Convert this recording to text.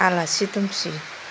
आलासि दुमसि